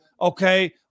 okay